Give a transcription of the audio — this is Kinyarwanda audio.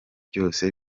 byose